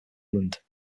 england